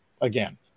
again